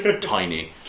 tiny